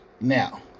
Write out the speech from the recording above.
Now